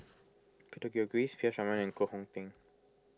Peter Gilchrist P S Raman and Koh Hong Teng